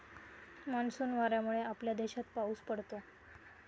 monsoon वाऱ्यांमुळे आपल्या देशात पाऊस पडतो